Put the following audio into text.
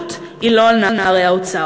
האחריות היא לא על נערי האוצר.